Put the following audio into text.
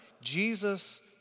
Jesus